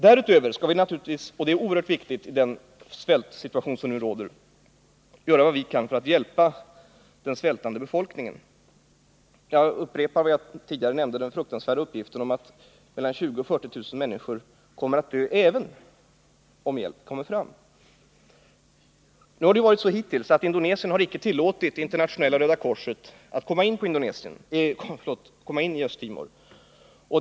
Därutöver skall vi naturligtvis — och det är oerhört viktigt i den svältsituation som nu råder — göra vad vi kan för att hjälpa den svältande befolkningen. Jag upprepar den fruktansvärda uppgift som jag tidigare nämnde att mellan 20 000 och 30 000 människor kommer att dö, även om hjälp kommer fram. Tills i går har Indonesien icke tillåtit Internationella röda korset att komma in i Östtimor.